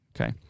Okay